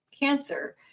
cancer